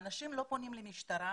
האנשים לא פונים למשטרה,